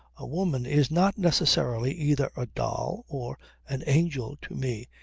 a woman is not necessarily either a doll or an angel to me.